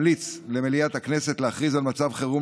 אני מניח שעל הקו ירוק אפשר לתת נתון קצת יותר מדויק.